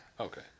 Okay